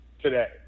today